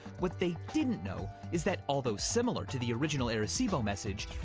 what they didn't know is that although similar to the original arecibo message,